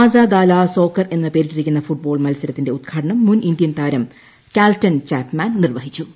മാസാഗാല soccer എന്നു പേരിട്ടിരിക്കുന്ന football മത്സരത്തിന്റെ ഉദ്ഘാട്ട്നം മുൻ ഇന്ത്യൻ താരം കാൽട്ടൻ ചാപ്മാൻ നിർവഹിച്ചു്